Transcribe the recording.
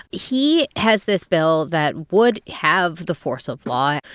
he has this bill that would have the force of law.